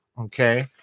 okay